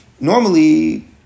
Normally